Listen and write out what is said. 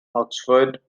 oxford